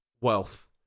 wealth